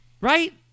Right